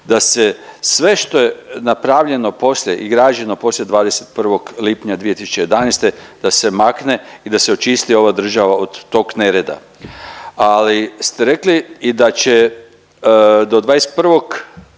da se sve što je napravljeno poslije i građeno poslije 21. lipnja 2011., da se makne i da se očiti ova država od tog nereda. Ali ste rekli i da će do 21. lipnja